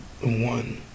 one